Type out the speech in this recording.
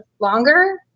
longer